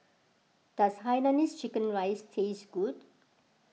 does Hainanese Chicken Rice taste good